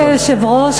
אדוני היושב-ראש,